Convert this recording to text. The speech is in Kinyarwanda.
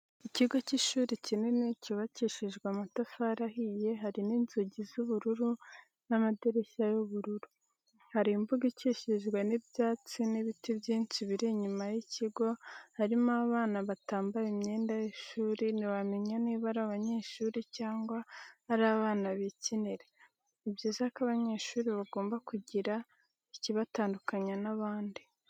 Ikigo cy'ishuri kinini cyubakishijwe amatafari ahiye, hari n'inzugi z'ubururu n'amadirishya y'ubururu. Hari n'imbuga ikikijwe n'ibyatsi n'ibiti byinshi biri inyuma y'ikigo, harimo abana batambaye imyenda y'ishuri, ntiwamenya niba ari abanyeshuri cyangwa ari abana bikinira. Ni byiza ko abanyeshuri bagomba kugira ikibatandukanya n'abandi.